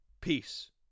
Peace